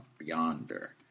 yonder